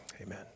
amen